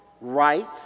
right